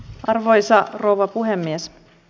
arvoisa rouva puhemies